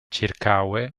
ĉirkaŭe